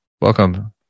Welcome